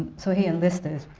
so he enlisted,